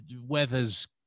weather's